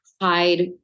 hide